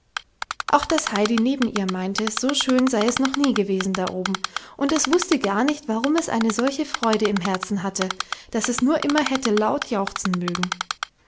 auch das heidi neben ihr meinte so schön sei es noch nie gewesen da oben und es wußte gar nicht warum es eine solche freude im herzen hatte daß es nur immer hätte laut jauchzen mögen